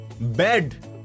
bed